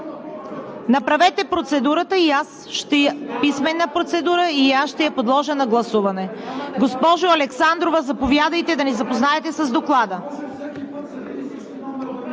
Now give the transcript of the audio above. писмена процедура и аз ще я подложа на гласуване. Госпожо Александрова, заповядайте да ни запознаете с Доклада.